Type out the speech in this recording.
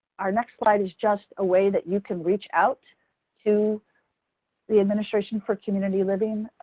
our next slide is just a way that you can reach out to the administration for community living.